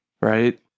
Right